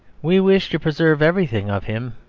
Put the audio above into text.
we wish to preserve everything of him,